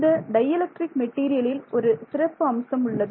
இந்த dielectric மெட்டீரியலில் ஒரு சிறப்பு அம்சம் உள்ளது